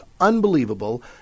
unbelievable